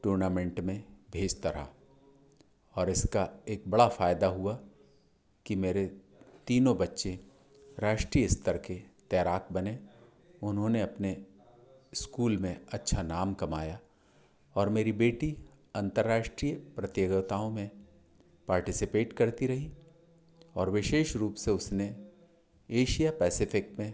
tournament में भेजता रहा और इसका एक बड़ा फायदा हुआ कि मेरे तीनों बच्चे राष्ट्रीय स्तर के तैराक बने उन्होंने अपने स्कूल में अच्छा नाम कमाया और मेरी बेटी अन्तरराष्ट्रीय प्रतियोगिताओं में पार्टीसिपेट करती रही और विशेष रूप से उसने एशिया पेसिफ़िक में